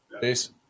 Peace